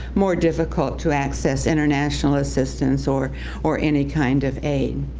more difficult to access international assistance, or or any kind of aid.